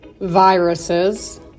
viruses